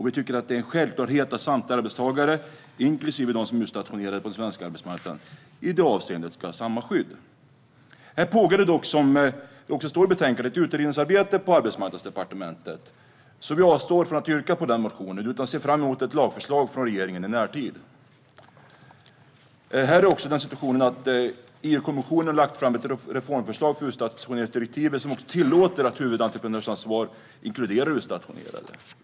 Vi tycker att det är en självklarhet att samtliga arbetstagare, inklusive de som är utstationerade på den svenska arbetsmarknaden, ska ha samma skydd i det avseendet. Här pågår dock, som det också står i betänkandet, ett utredningsarbete på Arbetsmarknadsdepartementet. Vi avstår därför från att yrka bifall till motionen men ser fram emot ett lagförslag från regeringen i närtid. Här är situationen den att EU-kommissionen har lagt fram ett reformförslag rörande utstationeringsdirektivet som tillåter att huvudentreprenörsansvar inkluderar utstationerade.